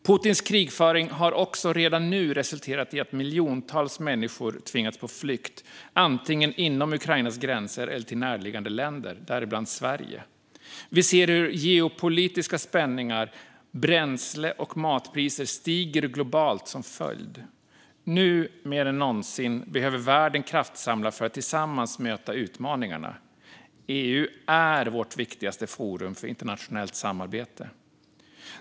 Putins krigföring har också redan nu resulterat i att miljontals människor tvingats på flykt, antingen inom Ukrainas gränser eller till närliggande länder, däribland Sverige. Vi ser hur geopolitiska spänningar och bränsle och matpriser har stigit globalt som följd. Nu mer än någonsin behöver världen kraftsamla för att tillsammans möta utmaningarna. EU är vårt viktigaste forum för internationellt samarbete.